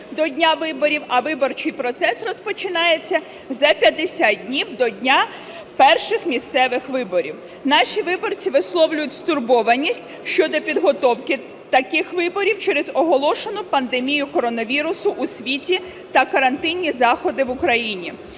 до дня виборів, а виборчий процес розпочинається за 50 дні до дня перших місцевих виборів. Наші виборці висловлюють стурбованість щодо підготовки таких виборів через оголошену пандемію коронавірусу у світі та карантинні заходи в Україні.